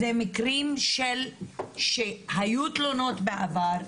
אלה מקרים שבהם היו תלונות בעבר,